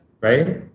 Right